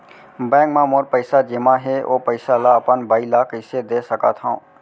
Bank म मोर पइसा जेमा हे, ओ पइसा ला अपन बाई ला कइसे दे सकत हव?